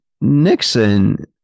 Nixon